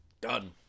done